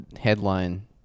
headline